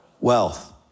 Wealth